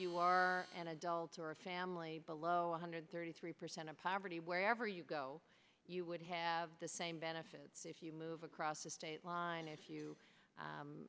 you are an adult or a family below one hundred thirty three percent of poverty wherever you go you would have the same benefits if you move across the state line if you